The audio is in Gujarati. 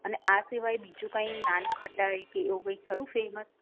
અને આ સિવાય બીજું કાંઈ નાનખટાઈ કે એવું કંઈ ખરું ફેમસ